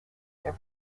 their